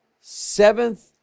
seventh